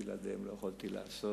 בלעדיהם לא יכולתי לעשות.